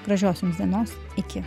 gražios jums dienos iki